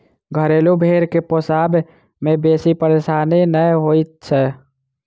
घरेलू भेंड़ के पोसबा मे बेसी परेशानी नै होइत छै